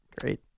Great